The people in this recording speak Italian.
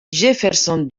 jefferson